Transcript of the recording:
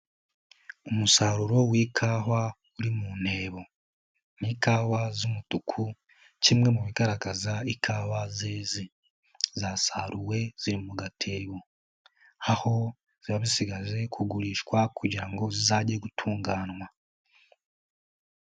Umusaruro w'ikawa uri mu ntebo, ni ikawa z'umutuku, kimwe mu bigaragaza ikawa zeze, zasaruwe ziri mu gatebo, aho ziba zisigaje kugurishwa kugira ngo zizajye gutunganywa.